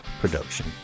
production